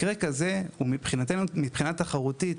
מקרה כזה, מבחינתנו, מבחינה תחרותית,